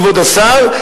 כבוד השר,